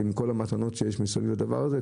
וכל המתנות שיש מסביב לדבר הזה,